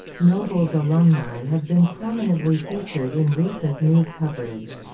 nobles alumni have been prominently featured in recent news coverage.